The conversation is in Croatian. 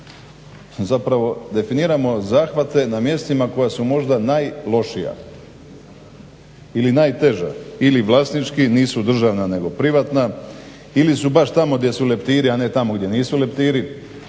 zapravo definiramo zahvate na mjestima koja su možda najlošija ili najteža ili vlasnički nisu državna nego privatna ili su baš tamo gdje su leptiri, a ne tamo gdje nisu leptiri.